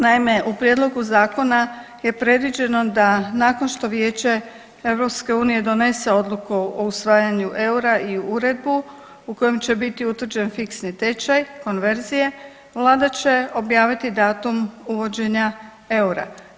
Naime, u prijedlogu Zakona je predviđeno da nakon što Vijeće EU donese odluku o usvajanju eura i uredbu u kojem će biti utvrđen fiksni tečaj konverzije, Vlada će objaviti datum uvođenja eura.